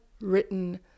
written